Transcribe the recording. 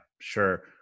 sure